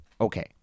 okay